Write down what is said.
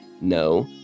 no